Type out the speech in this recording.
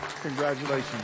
Congratulations